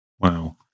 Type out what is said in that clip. Wow